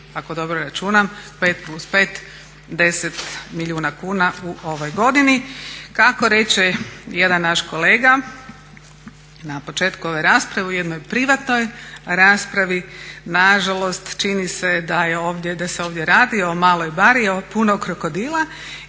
ako dobro računam 5+5 jednako 10 milijuna kuna u ovoj godini. Kako reče jedan naš kolega na početku ove rasprave u jednoj privatnoj raspravi nažalost čini se da se ovdje radi o maloj bari punoj krokodila.